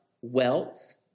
Wealth